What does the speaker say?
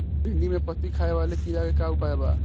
भिन्डी में पत्ति खाये वाले किड़ा के का उपाय बा?